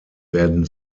werden